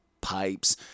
pipes